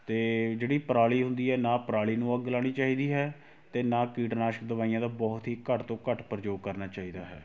ਅਤੇ ਜਿਹੜੀ ਪਰਾਲੀ ਹੁੰਦੀ ਹੈ ਨਾ ਪਰਾਲੀ ਨੂੰ ਅੱਗ ਲਾਉਣੀ ਚਾਹੀਦੀ ਹੈ ਅਤੇ ਨਾ ਕੀਟਨਾਸ਼ਕ ਦਵਾਈਆਂ ਦਾ ਬਹੁਤ ਹੀ ਘੱਟ ਤੋਂ ਘੱਟ ਪ੍ਰਯੋਗ ਕਰਨਾ ਚਾਹੀਦਾ ਹੈ